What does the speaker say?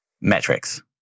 metrics